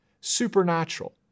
Supernatural